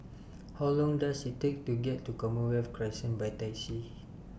How Long Does IT Take to get to Commonwealth Crescent By Taxi